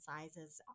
sizes